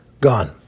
Gone